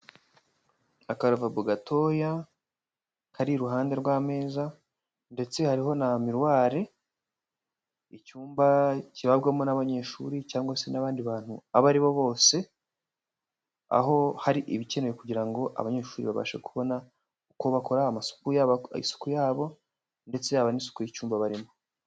Akaravabo gatoya kari iruhande rw'ameza, ndetse hariho na miruwari. Icyumba kibarwamo n'abanyeshuri cyangwa se n'abandi bantu abo aribo bose. Aho hari ibikenewe kugira ngo abanyeshuri babashe kubona uko bakora amasuku yabo. Isuku yabo ndetse yaba n'isuku y'icyumba barimo.